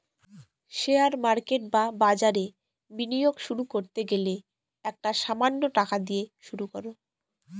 share market বা বাজারে বিনিয়োগ শুরু করতে গেলে একটা সামান্য টাকা দিয়ে শুরু করো